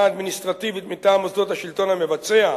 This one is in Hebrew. אדמיניסטרטיבית מטעם מוסדות השלטון המבצע,